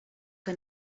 que